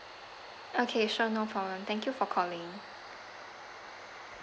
okay sure no problem thank you for calling